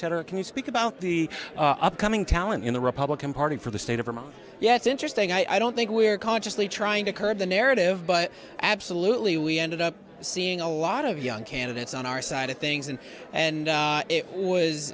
etc can you speak about the upcoming talent in the republican party for the state of vermont yeah it's interesting i don't think we are consciously trying to curb the narrative but absolutely we ended up seeing a lot of young candidates on our side of things and and it was